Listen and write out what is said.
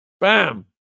Bam